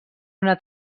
una